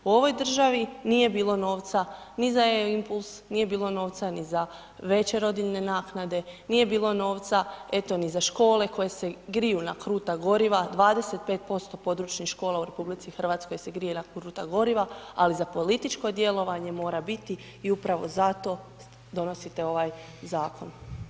U ovoj državi nije bilo novac ni za E-impuls, nije bilo novca ni za veće rodilje naknade, nije bilo novca eto ni za škole koje se griju na kruta goriva, 25% područnih škola se grije na kruta goriva ali za političko djelovanje mora biti i upravo zato donosite ovaj zakon.